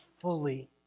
fully